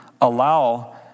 allow